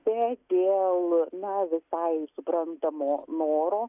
bet dėl na visai suprantamo noro